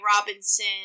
Robinson